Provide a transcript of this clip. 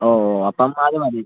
ഓ അപ്പം അത് മതി